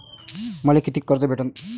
मले कितीक कर्ज भेटन?